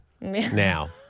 now